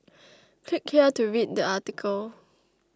click here to read the article